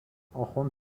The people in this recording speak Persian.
آخوند